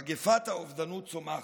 מגפת האובדנות צומחת.